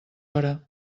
hora